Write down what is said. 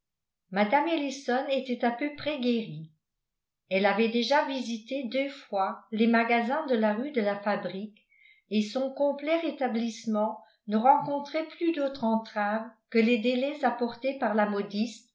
mme ellison était à peu près guérie elle avait déjà visité deux fois les magasins de la rue de la fabrique et son complet rétablissement ne rencontrait plus d'autre entrave que les délais apportés par la